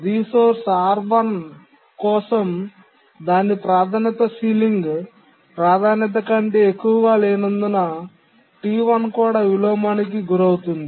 resource R1 కోసం దాని ప్రాధాన్యత సీలింగ్ ప్రాధాన్యత కంటే ఎక్కువగా లేనందున T1 కూడా విలోమానికి గురవుతుంది